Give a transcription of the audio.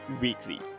weekly